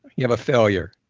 you have a failure,